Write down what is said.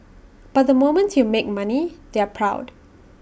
but the moment you make money they're proud